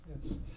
Yes